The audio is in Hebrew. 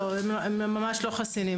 לא, הם ממש לא חסינים.